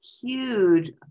huge